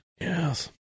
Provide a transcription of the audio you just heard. Yes